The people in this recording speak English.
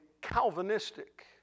Calvinistic